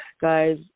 guys